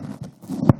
בבקשה.